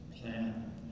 plan